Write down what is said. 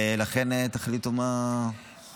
ולכן תחליטו מה אתם רוצים לעשות עם ההצעה הזאת.